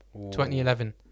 2011